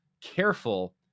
careful